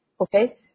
Okay